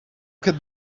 could